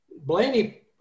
Blaney